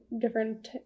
different